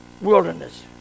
wilderness